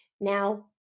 Now